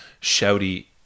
shouty